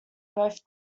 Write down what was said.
both